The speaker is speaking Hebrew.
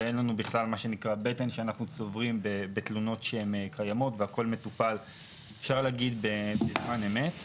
אין לנו תלונות שנצברות והכל מטופל בזמן אמת.